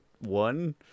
One